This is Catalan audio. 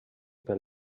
per